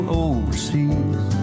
overseas